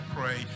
pray